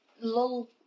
lull